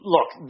Look